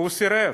והוא סירב.